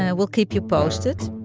ah we'll keep you posted.